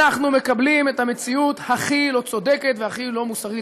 אנחנו מקבלים את המציאות הכי לא צודקת והכי לא מוסרית.